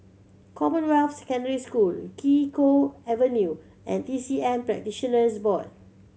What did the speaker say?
Commonwealth Secondary School Kee Choe Avenue and T C M Practitioners Board